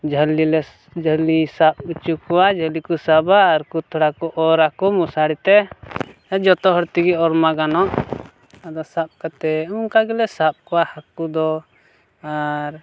ᱡᱷᱟᱹᱞᱤ ᱞᱮ ᱡᱷᱟᱹᱞᱤ ᱥᱟᱵ ᱦᱚᱪᱚ ᱠᱚᱣᱟ ᱡᱷᱟᱹᱞᱤ ᱠᱚ ᱥᱟᱵᱟ ᱟᱨ ᱠᱚ ᱛᱷᱚᱲᱟ ᱠᱚ ᱚᱨ ᱟᱠᱚ ᱢᱚᱥᱟᱨᱤᱛᱮ ᱡᱚᱛᱚ ᱦᱚᱲ ᱛᱮᱜᱮ ᱚᱨᱢᱟ ᱜᱟᱱᱚᱜ ᱟᱫᱚ ᱥᱟᱵ ᱠᱟᱛᱮᱫ ᱚᱱᱠᱟ ᱜᱮᱞᱮ ᱥᱟᱵ ᱠᱚᱣᱟ ᱦᱟᱹᱠᱩ ᱫᱚ ᱟᱨ